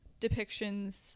depictions